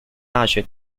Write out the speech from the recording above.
大学